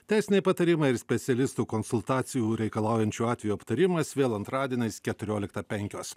teisiniai patariamai ir specialistų konsultacijų reikalaujančių atvejų aptarimas vėl antradieniais keturioliktą penkios